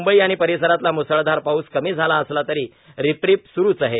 मुंबई आणि परिसरातला मुसळधार पाऊस कमी झाला असला तरी रिपरिप सुरूच आहे